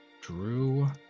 Drew